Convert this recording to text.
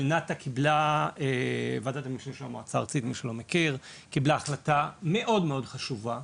אבל ועדת המשנה של המועצה הארצית קיבלה החלטה מאוד חשובה,